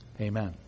Amen